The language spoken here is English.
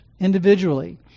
individually